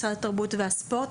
משרד התרבות והספורט.